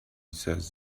says